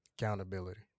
Accountability